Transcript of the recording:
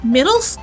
Middle